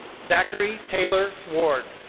zachary taylor ward.